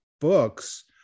books